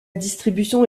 distribution